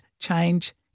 change